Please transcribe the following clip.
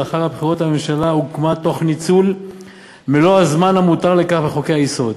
לאחר הבחירות הממשלה הוקמה תוך ניצול מלוא הזמן המותר לכך בחוקי-היסוד.